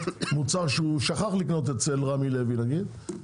מוצר שהוא שכח לקנות אצל רמי לוי נגיד,